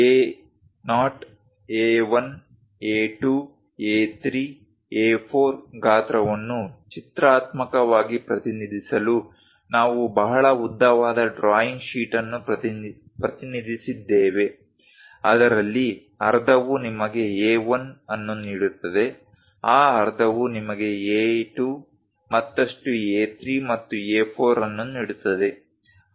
A0 A1 A2 A3 A4 ಗಾತ್ರವನ್ನು ಚಿತ್ರಾತ್ಮಕವಾಗಿ ಪ್ರತಿನಿಧಿಸಲು ನಾವು ಬಹಳ ಉದ್ದವಾದ ಡ್ರಾಯಿಂಗ್ ಶೀಟ್ ಅನ್ನು ಪ್ರತಿನಿಧಿಸಿದ್ದೇವೆ ಅದರಲ್ಲಿ ಅರ್ಧವು ನಿಮಗೆ A1 ಅನ್ನು ನೀಡುತ್ತದೆ ಆ ಅರ್ಧವು ನಿಮಗೆ A2 ಮತ್ತಷ್ಟು A3 ಮತ್ತು A4 ಅನ್ನು ನೀಡುತ್ತದೆ